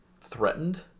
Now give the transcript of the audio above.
threatened